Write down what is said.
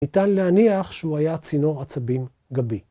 ניתן להניח שהוא היה צינור עצבים גבי.